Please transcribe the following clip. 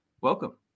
welcome